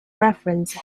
reference